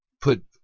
put